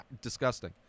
disgusting